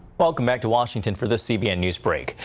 welcome back to washington for this cbn news break.